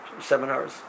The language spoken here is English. seminars